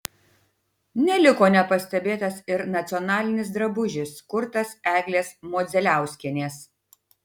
neliko nepastebėtas ir nacionalinis drabužis kurtas eglės modzeliauskienės